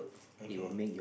okay